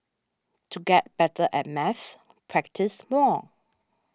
to get better at maths practise more